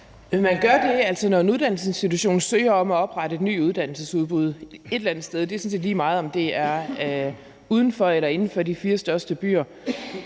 Man gør det, at når en uddannelsesinstitution søger om at oprette et nyt uddannelsesudbudet eller andet sted – det er sådan set lige meget, om det er uden for eller inden for de fire største byer